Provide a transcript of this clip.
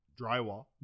drywall